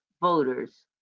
voters